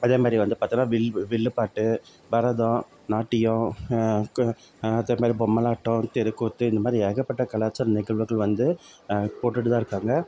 அதேமாதிரி வந்து பார்த்திங்கன்னா வில் வில்லுப்பாட்டு பரதம் நாட்டியம் அதேமாதிரி பொம்மலாட்டம் தெருக்கூத்து இந்தமாதிரி ஏகப்பட்ட கலாச்சார நிகழ்வுகள் வந்து போட்டுட்டு தான் இருக்காங்க